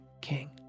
king